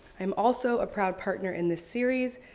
i am also a proud partner in this series,